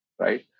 right